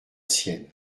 sienne